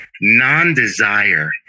non-desire